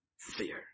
fear